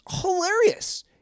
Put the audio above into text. hilarious